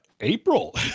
April